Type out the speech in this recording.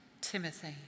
Timothy